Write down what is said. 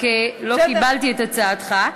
רק לא קיבלתי את הצעתך.